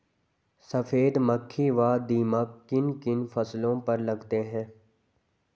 सफेद मक्खी व दीमक किन किन फसलों पर लगते हैं?